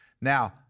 Now –